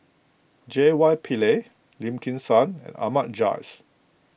J Y Pillay Lim Kim San and Ahmad Jais